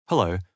Hello